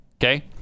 Okay